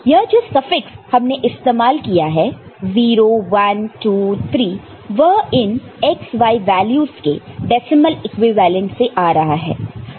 यह जो सफिक्स हमने इस्तेमाल किया है 0 1 2 3 वह इन x y वैल्यूस के डेसिमल इक्विवेलेंट से आ रहा है